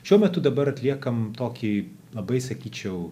šiuo metu dabar atliekam tokį labai sakyčiau